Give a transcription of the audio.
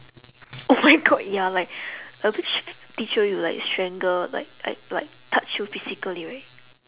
oh my god ya like uh which teacher you like strangle like like like touch you physically right